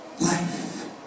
Life